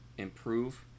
improve